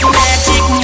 magic